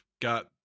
got